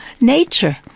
nature